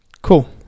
cool